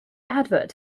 advert